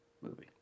movie